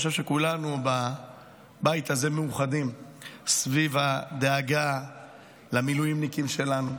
אני חושב שכולנו בבית הזה מאוחדים סביב הדאגה למילואימניקים שלנו,